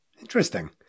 Interesting